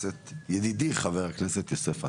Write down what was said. ידידי חבר הכנסת יוסף עטאונה.